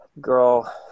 girl